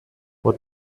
what